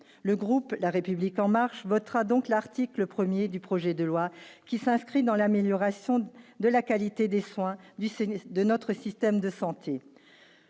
le groupe la République en marche votera donc l'article 1er du projet de loi qui s'inscrit dans l'amélioration de la qualité des soins du de notre système de santé,